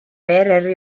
erri